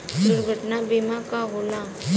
दुर्घटना बीमा का होला?